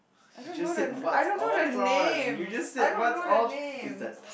I dunno the I dunno the names I dunno the names